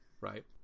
Right